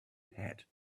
had